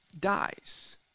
dies